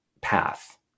path